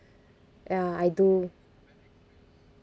ya I do